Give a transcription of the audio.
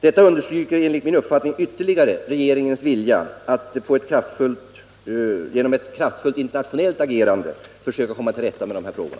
Detta understryker enligt min uppfattning ytterligare regeringens vilja att genom ett kraftfullt internationellt agerande försöka komma till rätta med dessa frågor.